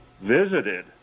visited